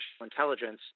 intelligence